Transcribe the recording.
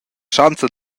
schanza